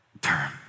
Term